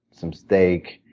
some steak,